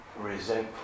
resentful